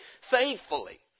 faithfully